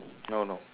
no no